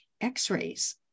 x-rays